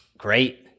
Great